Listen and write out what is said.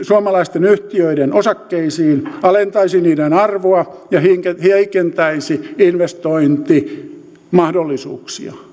suomalaisten yhtiöiden osakkeisiin alentaisi niiden arvoa ja heikentäisi investointimahdollisuuksia